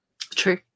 True